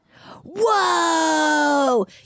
Whoa